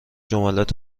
مجلات